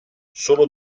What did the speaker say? solo